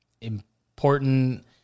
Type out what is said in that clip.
important